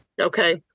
Okay